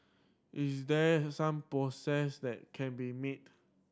is there some process that can be made